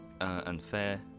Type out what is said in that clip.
unfair